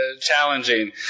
challenging